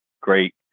great